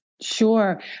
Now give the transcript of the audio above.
Sure